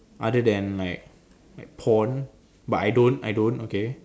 other than like like porn but I don't I don't okay